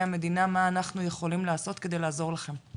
המדינה מה אנחנו יכולים לעשות כדי לעזור לכם.